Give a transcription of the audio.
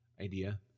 idea